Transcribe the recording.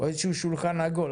או איזשהו שולחן עגול?